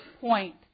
point